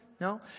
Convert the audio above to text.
No